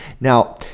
now